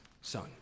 son